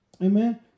Amen